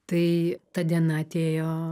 tai ta diena atėjo